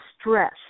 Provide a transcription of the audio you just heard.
stress